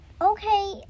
Okay